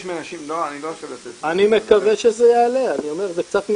אני מקווה שזה יעלה, אני אומר שזה קצת מייאש,